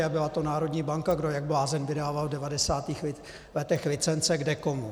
A byla to národní banka, kdo jak blázen vydával v devadesátých letech licence kdekomu.